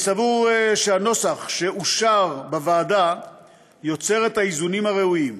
אני סבור שהנוסח שאושר בוועדה יוצר את האיזונים הראויים: